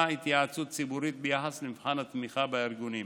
התייעצות ציבורית ביחס למבחן התמיכה בארגונים.